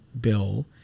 bill